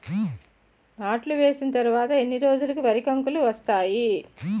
నాట్లు వేసిన తర్వాత ఎన్ని రోజులకు వరి కంకులు వస్తాయి?